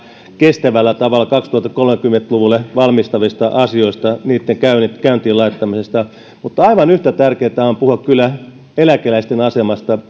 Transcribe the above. kestävällä tavalla kaksituhattakolmekymmentä luvulle valmistavista asioista ja niitten käyntiin laittamisesta mutta aivan yhtä tärkeätä on kyllä puhua eläkeläisten asemasta